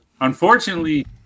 Unfortunately